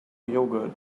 yogurt